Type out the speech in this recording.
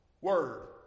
word